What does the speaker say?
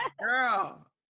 Girl